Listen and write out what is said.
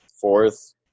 fourth